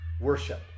worship